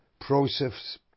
process